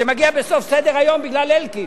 שמגיע בסוף סדר-היום בגלל אלקין,